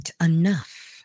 enough